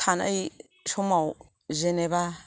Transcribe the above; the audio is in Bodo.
थानाय समाव जेनेबा